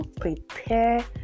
prepare